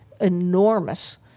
enormous